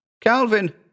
Calvin